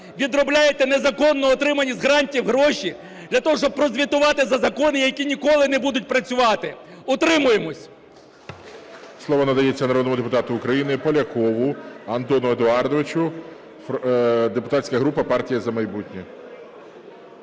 відробляєте незаконно отримані з грантів гроші для того, щоб прозвітувати за закони, які ніколи не будуть працювати. Утримуємось.